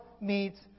meets